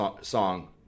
song